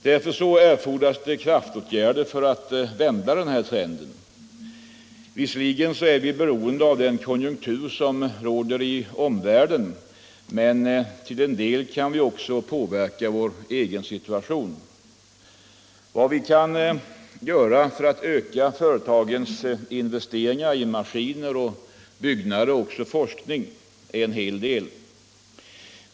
Därför erfordras kraftåtgärder för att vända denna trend. Visserligen är vi beroende av den konjunktur som råder i omvärlden, men till en del kan vi påverka vår egen situation. Vad vi kan göra för att öka företagens investeringar i maskiner, byggnader och forskning är en hel del.